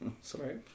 sorry